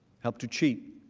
helping to cheat.